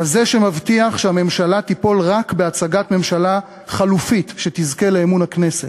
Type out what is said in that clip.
כזה שמבטיח שהממשלה תיפול רק בהצגת ממשלה חלופית שתזכה לאמון הכנסת,